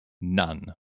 none